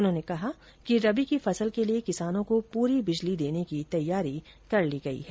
उन्होंने कहा कि रबी की फसल के लिये किसानों को पूरी बिजली देने की तैयारी कर ली गई है